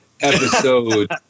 episode